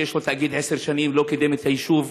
יש לו תאגיד 10 שנים וזה לא קידם את היישוב,